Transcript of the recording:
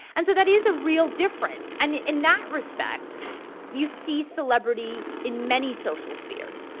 and so that is a real difference and in that respect you see celebrity in many social spheres.